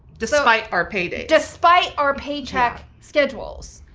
despite our paydays. despite our paycheck schedules.